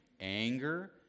anger